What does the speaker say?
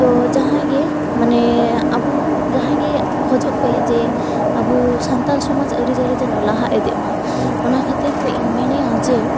ᱛᱚ ᱡᱟᱦᱟᱸᱭ ᱜᱮ ᱢᱟᱱᱮ ᱟᱵᱚ ᱡᱟᱦᱟᱸᱭ ᱜᱮ ᱠᱷᱚᱡᱚᱜ ᱯᱮ ᱡᱮ ᱟᱵᱚ ᱥᱟᱱᱛᱟᱲ ᱥᱚᱢᱟᱡᱽ ᱟᱹᱨᱤᱪᱼᱟᱹᱞᱤ ᱡᱮᱱᱚ ᱞᱟᱦᱟ ᱤᱫᱤᱜ ᱢᱟ ᱚᱱᱟ ᱠᱷᱟᱹᱛᱤᱨ ᱛᱮ ᱤᱧ ᱢᱮᱱᱮᱫᱼᱟ ᱡᱮ